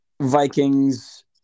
Vikings